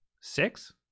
Six